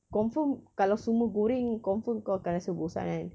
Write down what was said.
confirm kalau semua goreng confirm kau akan rasa bosan kan